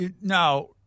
now